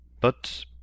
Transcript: But